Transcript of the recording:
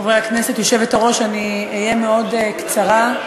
חברי הכנסת, היושבת-ראש, אני אהיה מאוד קצרה.